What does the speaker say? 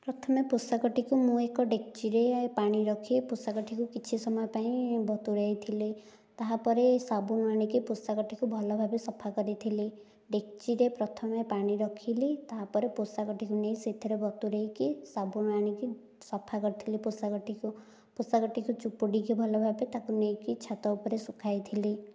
ପ୍ରଥମେ ପୋଷାକଟିକୁ ମୁଁ ଏକ ଡେକ୍ଚିରେ ପାଣି ରଖି ପୋଷାକଟିକୁ କିଛି ସମୟ ପାଇଁ ବତୁରେଇ ଥିଲି ତାହାପରେ ସାବୁନ ଅଣିକି ପୋଷାକଟିକୁ ଭଲ ଭାବେ ସଫା କରିଥିଲି ଡେକ୍ଚିରେ ପ୍ରଥମେ ପାଣି ରଖିଲି ତାହାପରେ ପୋଷାକଟିକୁ ନେଇ ସେଥିରେ ବତୁରେଇକି ସାବୁନ୍ ଆଣିକି ସଫା କରିଥିଲି ପୋଷାକଟିକୁ ପୋଷାକଟିକୁ ଚୁପୁଡ଼ିକି ଭଲ ଭାବେ ତାକୁ ନେଇକି ଛାତ ଉପରେ ସୁଖାଇଥିଲି